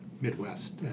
Midwest